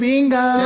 Bingo